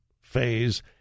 phase